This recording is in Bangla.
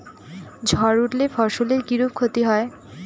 ঝড় উঠলে ফসলের কিরূপ ক্ষতি হয়?